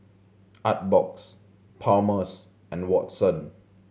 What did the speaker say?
Artbox Palmer's and Watson